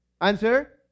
Answer